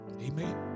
amen